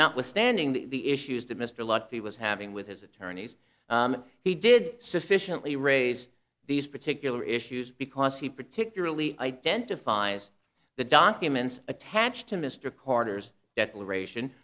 notwithstanding the issues that mr lotfy was having with his attorneys he did sufficiently raise these particular issues because he particularly identifies the documents attached to mr carter's declaration